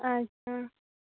ᱟᱪᱪᱷᱟ